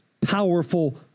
powerful